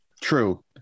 True